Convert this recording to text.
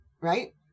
right